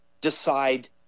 decide